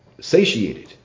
satiated